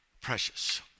precious